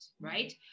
right